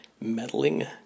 Meddling